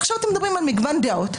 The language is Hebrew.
עכשיו אתם מדברים על מגוון דעות.